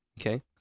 Okay